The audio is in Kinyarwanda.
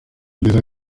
nziza